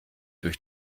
durch